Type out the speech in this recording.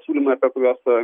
siūlymai apie kuriuos